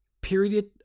period